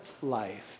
life